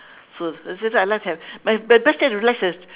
so I like that my my best time to relax is